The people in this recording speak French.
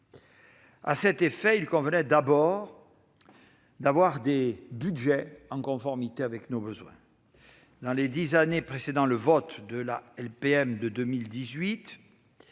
À cet effet, il convenait d'abord de disposer de budgets en conformité avec nos besoins. Dans les dix années précédant le vote de la LPM en 2018,